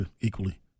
equally